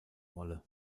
wolle